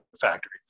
factory